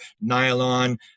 nylon